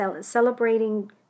celebrating